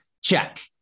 Check